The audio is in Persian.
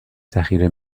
ذخیره